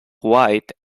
white